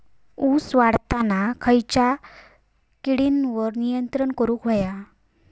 ऊस वाढताना खयच्या किडींवर नियंत्रण करुक व्हया?